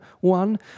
one